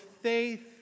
faith